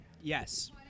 Yes